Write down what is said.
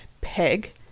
Peg